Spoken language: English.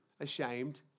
ashamed